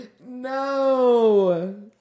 No